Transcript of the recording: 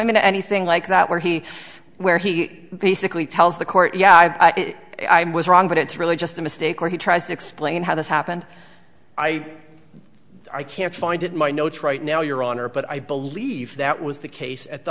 to anything like that where he where he basically tells the court yeah i was wrong but it's really just a mistake or he tries to explain how this happened i i can't find it in my notes right now your honor but i believe that was the case at the